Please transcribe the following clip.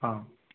ആ